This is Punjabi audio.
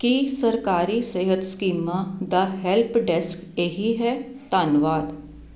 ਕੀ ਸਰਕਾਰੀ ਸਿਹਤ ਸਕੀਮਾਂ ਦਾ ਹੈਲਪਡੈਸਕ ਇਹੀ ਹੈ ਧੰਨਵਾਦ